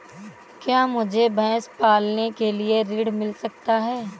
क्या मुझे भैंस पालने के लिए ऋण मिल सकता है?